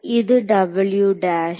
இது W dash